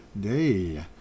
day